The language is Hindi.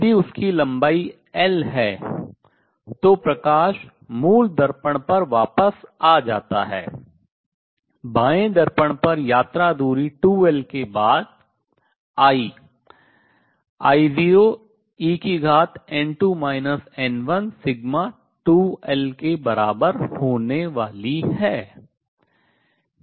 यदि उसकी लंबाई L एल है तो प्रकाश मूल दर्पण पर वापस आ जाता है I बाएं दर्पण पर यात्रा दूरी 2L के बाद I आई I0en2 n1σ2l के बराबर होने वाली है